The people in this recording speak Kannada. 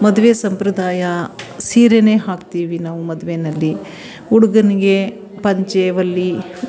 ಮದುವೆ ಸಂಪ್ರದಾಯ ಸೀರೆನೇ ಹಾಕ್ತೀವಿ ನಾವು ಮದುವೆಯಲ್ಲಿ ಹುಡುಗನಿಗೆ ಪಂಚೆ ವಲ್ಲಿ